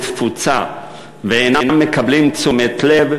לתפוצה ואינם מקבלים תשומת לב,